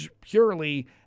purely